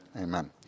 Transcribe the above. Amen